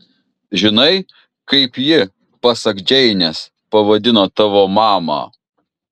žinai kaip ji pasak džeinės pavadino tavo mamą